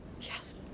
Yes